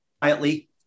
quietly